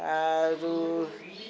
आरू